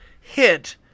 hit